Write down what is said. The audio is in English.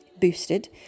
boosted